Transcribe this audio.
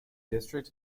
district